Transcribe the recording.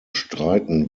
streiten